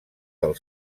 del